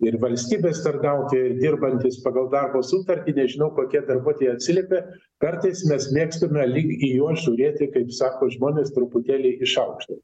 ir valstybės tarnautojai dirbantys pagal darbo sutartį nežinau kokia darbuotoja atsiliepė kartais mes mėgstame lyg į juos žiūrėti kaip sako žmonės truputėlį iš aukšto